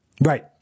Right